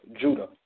Judah